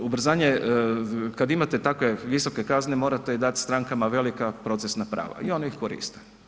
Ubrzanje, kad imate takve visoke kazne morate i dat strankama velika procesna prava i oni ih koriste.